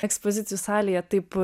ekspozicijų salėje taip